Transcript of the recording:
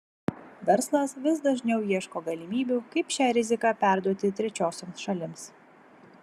verslas vis dažniau ieško galimybių kaip šią riziką perduoti trečiosioms šalims